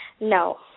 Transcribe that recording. No